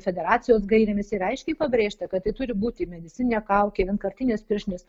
federacijos gairėmis yra aiškiai pabrėžta kad tai turi būti medicininė kaukė vienkartinės pirštinės